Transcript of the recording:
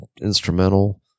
instrumental